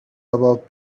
about